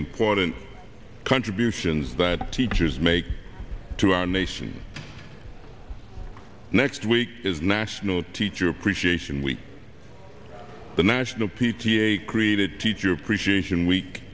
important contributions that teachers make to our nation next week is national teacher appreciation week the national p t a created teacher appreciation week